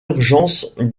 urgence